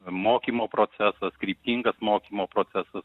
mokymo procesas kryptingas mokymo procesas